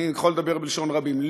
אני יכול לדבר בלשון רבים,